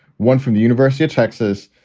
one from the university of texas,